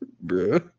bro